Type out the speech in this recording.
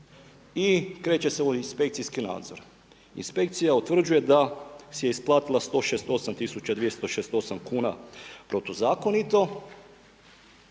i kreće se u inspekcijski nadzor. Inspekcija utvrđuje da si je isplatila 106.268 kuna protuzakonito